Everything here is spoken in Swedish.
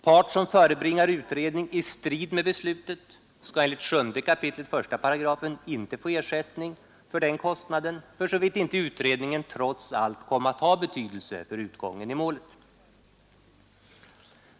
Part som förebringar utredning i strid med beslutet skall enligt 7 kap. 1 § inte få ersättning för den kostnaden för så vitt inte utredningen trots allt kommer att ha betydelse för utgången i målet.